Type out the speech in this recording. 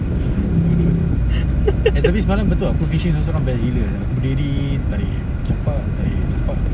overdo it lah tapi semalam betul aku fishing seorang seorang best gila aku berdiri tarik jer campak tarik campak tarik